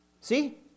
See